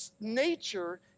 nature